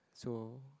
so